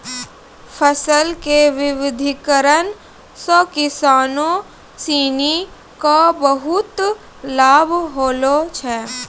फसल के विविधिकरण सॅ किसानों सिनि क बहुत लाभ होलो छै